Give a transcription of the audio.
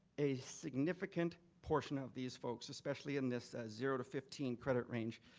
a significant portion of these folks, especially in this zero to fifteen credit range,